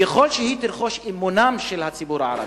ככל שהיא תרכוש את האמון של הציבור הערבי,